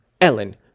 Ellen